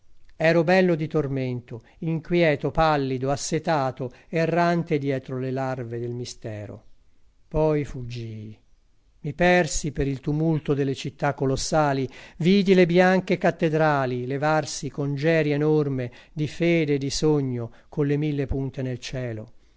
ero bello di tormento inquieto pallido assetato errante dietro le larve del mistero poi fuggii i persi per il tumulto delle città colossali vidi le bianche cattedrali levarsi congerie enorme di fede e di sogno colle mille punte nel cielo